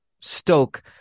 stoke